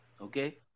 Okay